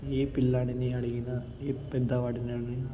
ఏ పిల్ల వాడిని అడిగినా ఏ పెద్దవాడిని అడిగినా